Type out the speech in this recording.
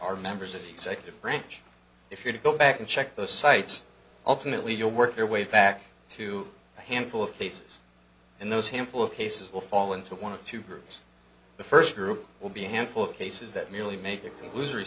are members of the executive branch if you're to go back and check those sites ultimately you work their way back to a handful of cases and those handful of cases will fall into one of two groups the first group will be a handful of cases that merely make a loser